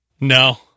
No